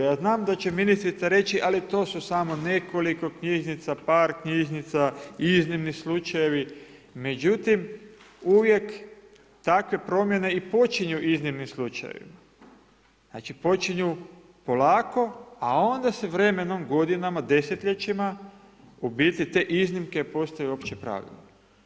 Ja znam da će ministrica reći ali to su samo nekoliko knjižnica, par knjižnica, iznimni slučajevi, međutim uvijek takve promjene i počinju iznimnim slučajevima, znači počinju polako a onda se vremenom, godinama, desetljećima, u biti te iznimke postaju opće pravilo.